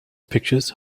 pictures